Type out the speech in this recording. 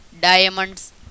diamonds